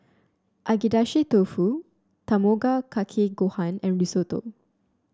Agedashi Dofu Tamago Kake Gohan and Risotto